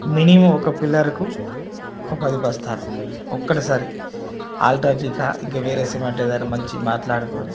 minimum ఒక పిల్లర్కు ఒక పది బస్తాలు ఒకేసారి అల్ట్రా టెక్కా ఇంకా వేరే సిమెంట్ ఏదైనా మంచిగా మాట్లాడుకొని